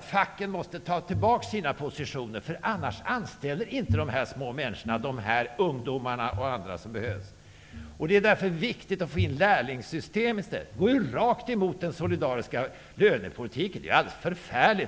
Facken måste ta tillbaka sina positioner. Annars anställs inte de ungdomar och andra som behövs. Man borde i stället införa lärlingssystemet. Men det går rakt emot den solidariska lönepolitiken. Det är ju alldeles förfärligt.